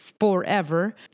forever